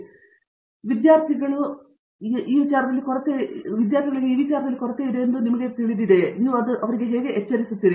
ಅಂದರೆ ವಿದ್ಯಾರ್ಥಿಗಳ ಬಗ್ಗೆ ಅವರಲ್ಲಿ ಯಾವ ರೀತಿಯ ಕೊರತೆಯಿದೆಯೆಂದು ನಿಮಗೆ ತಿಳಿದಿರುವಂತೆ ನೀವು ಹೇಗೆ ಎಚ್ಚರಿಸುತ್ತೀರಿ